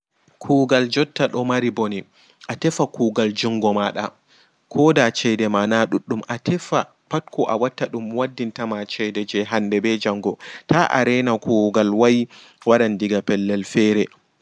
Kuugal jotta ɗomari ɓone atefa kuugal jungo maɗa koɗa ceɗe ma na ɗuɗɗum atefa pat ko waɗɗin tama ceɗe jei hanɗe ɓe jango ta a rena kuugal wai wara ɗiga pellel fere.